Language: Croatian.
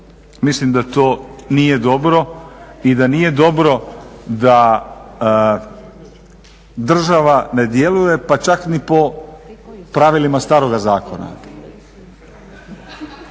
Mislim da to nije dobro i da nije dobro da država ne djeluje pa čak ni po pravilima staroga zakona.